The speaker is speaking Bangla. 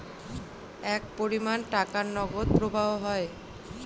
এক পরিমান টাকার নগদ প্রবাহ হয়